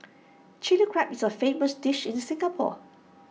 Chilli Crab is A famous dish in Singapore